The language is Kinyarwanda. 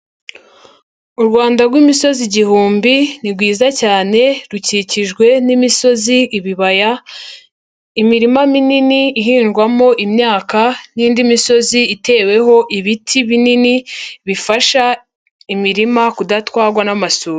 U Rwanda rw'imisozi igihumbi ni rwiza cyane rukikijwe n'imisozi, ibibaya, imirima minini ihingwamo imyaka n'indi misozi iteweho ibiti binini, bifasha imirima kudatwarwa n'amasuri.